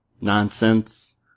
Nonsense